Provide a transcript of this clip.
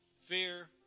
fear